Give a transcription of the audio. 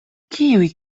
kiuj